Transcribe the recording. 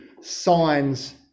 signs